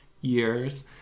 years